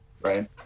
right